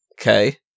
okay